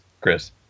Chris